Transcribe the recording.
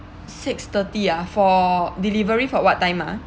six thirty ah for delivery for what time ha